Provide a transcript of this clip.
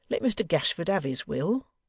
let mr gashford have his will.